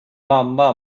mamma